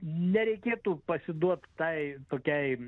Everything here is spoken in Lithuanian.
nereikėtų pasiduot tai tokiai